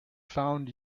found